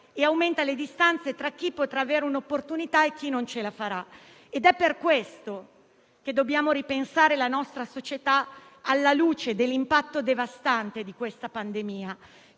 e aumenta le distanze tra chi potrà avere un'opportunità e chi non ce la farà. È per questo che dobbiamo ripensare la nostra società alla luce dell'impatto devastante che questa pandemia